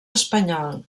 espanyol